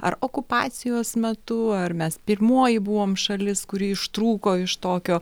ar okupacijos metu ar mes pirmoji buvom šalis kuri ištrūko iš tokio